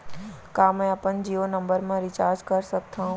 का मैं अपन जीयो नंबर म रिचार्ज कर सकथव?